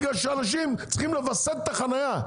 בגלל שאנשים צריכים לווסת את החניה,